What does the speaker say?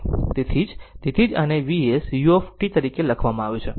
તેથી તેથી જ આને Vs u તરીકે લખવામાં આવ્યું છે